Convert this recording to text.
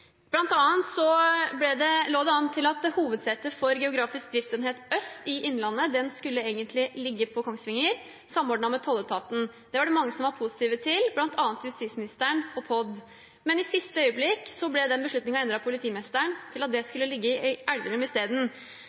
lå det an til at hovedsetet for geografisk driftsenhet øst i Innlandet egentlig skulle ligge på Kongsvinger, samordnet med tolletaten. Det var det mange som var positive til, bl.a. justisministeren og POD. Men i siste øyeblikk ble beslutningen endret av politimesteren til at det skulle ligge